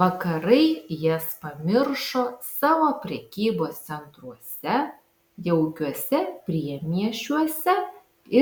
vakarai jas pamiršo savo prekybos centruose jaukiuose priemiesčiuose